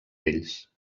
vells